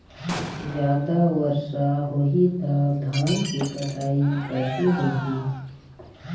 जादा वर्षा होही तब धान के कटाई कैसे होही?